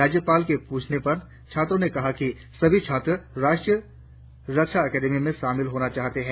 राज्यपाल के प्रछने पर छात्रों ने कहा कि सभी छात्रों राष्ट्रीय रक्षा अकादमी में शामिल होना चाहते है